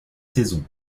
saison